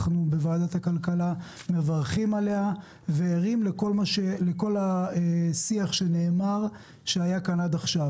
ועדת הכלכלה מברכת עליה וערה לכל השיח שהיה כאן עד עכשיו.